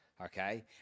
okay